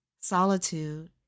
Solitude